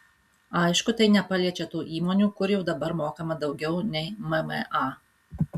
aišku tai nepaliečia tų įmonių kur jau dabar mokama daugiau nei mma